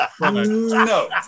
No